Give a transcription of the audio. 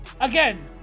Again